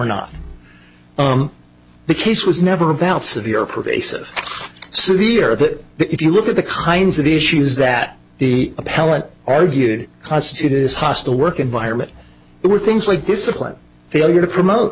not the case was never about severe pervasive severe but if you look at the kinds of issues that the appellant argued constitute is hostile work environment where things like discipline failure to promote